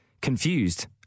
confused